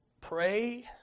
pray